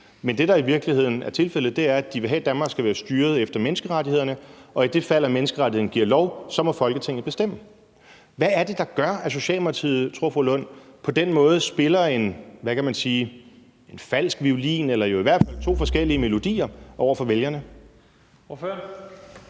hvor det, der i virkeligheden er tilfældet, er, at de vil have, at Danmark skal være styret efter menneskerettighederne, og ifald menneskerettighederne giver lov, må Folketinget bestemme. Hvad er det, der gør, tror fru Rosa Lund, at Socialdemokratiet på den måde spiller en, hvad kan man sige, falsk violin eller jo i hvert fald to forskellige melodier over for vælgerne?